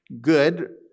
good